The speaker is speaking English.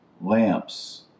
lamps